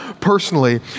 personally